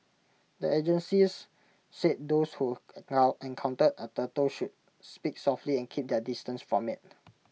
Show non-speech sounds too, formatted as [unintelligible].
the agencies said those who [unintelligible] encounter A turtle should speak softly and keep their distance from IT